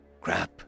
Crap